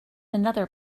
another